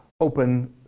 open